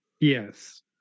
Yes